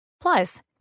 Plus